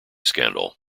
scandal